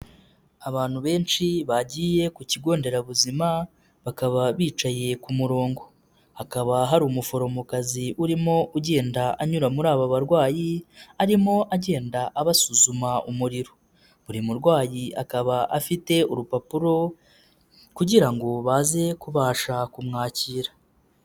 Abantu benshi bagiye ku kigo nderabuzima, bakaba bicaye ku murongo. Hakaba hari umuforomokazi urimo ugenda anyura muri aba barwayi, arimo agenda abasuzuma umuriro. Buri murwayi akaba afite urupapuro kugira ngo baze kubasha kumwakira.